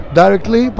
directly